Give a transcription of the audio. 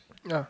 ya